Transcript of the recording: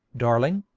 darling.